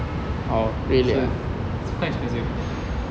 so it's it's quite expensive